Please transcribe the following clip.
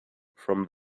from